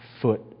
foot